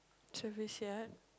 service yard